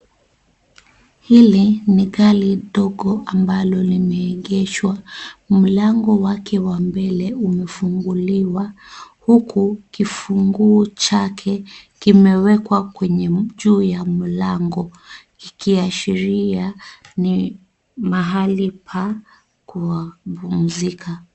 Hili ni gari ndogo ambalo limeegeshwa mlango wake wa mbele umefunguliwa huku kifunguo chake kimewekwa kwenye juu ya mlango, kikiashiria ni pahali pa kupumzika.